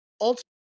ultimately